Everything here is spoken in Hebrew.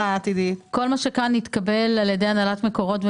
כל מה שכאן התקבל על ידי הנהלת מקורות,